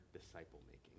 disciple-making